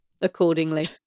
accordingly